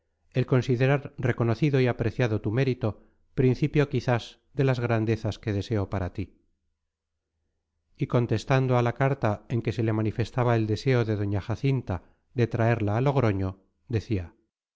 el considerar reconocido y apreciado tu mérito principio quizás de las grandezas que deseo para ti y contestando a la carta en que se le manifestaba el deseo de doña jacinta de traerla a logroño decía